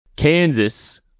Kansas